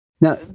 now